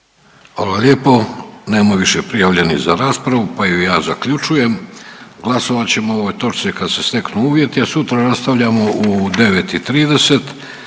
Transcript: Hvala lijepo, nema više prijavljenih za raspravu, pa ju ja zaključujem. Glasovat ćemo o ovoj točci kad se steknu uvjeti, a sutra nastavljamo u 9